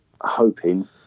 hoping